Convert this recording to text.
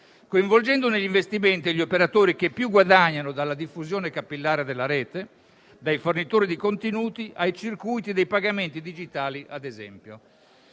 coinvolgendo negli investimenti gli operatori che più guadagnano dalla diffusione capillare della Rete, dai fornitori di contenuti ai circuiti dei pagamenti digitali, ad esempio.